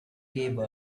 gave